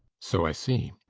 so i see.